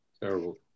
Terrible